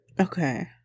Okay